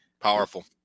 Powerful